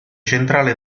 centrale